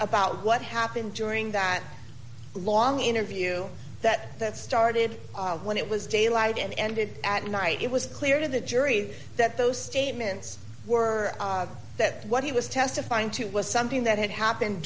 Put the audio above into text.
about what happened during that long interview that that started when it was daylight and ended at night it was clear to the jury that those statements were that what he was testifying to was something that had happened